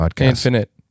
Infinite